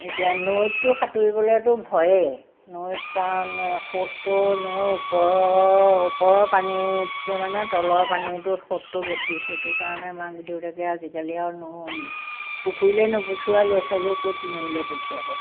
এতিয়া নৈতটো সাঁতুৰিবলৈতো ভয়েই নৈত কাৰণ সোঁতটো নৈ ওপৰৰ ওপৰৰ পানীতকৈ মানে তলৰ পানীটোত সোঁতটো বেছি সেইটো কাৰণে মাক দেউতাকে আজিকালি আৰু পুখুৰীলৈ নপঠিওৱা ল'ৰা ছোৱালীক ক'ত নৈলৈ পঠিয়াব